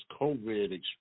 COVID